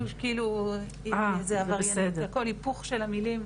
כאילו היא איזה עבריינית, זה הכל היפוך של המילים.